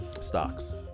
Stocks